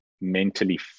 mentally